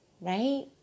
right